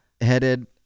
Headed